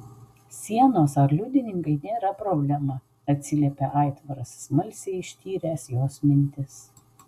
sienos ar liudininkai nėra problema atsiliepė aitvaras smalsiai ištyręs jos mintis